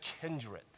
kindred